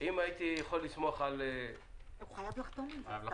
אם הייתי יכול לסמוך על --- הוא חייב לחתום על זה,